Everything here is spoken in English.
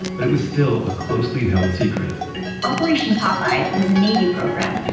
but it was still a closely held secret operation popeye was a navy program,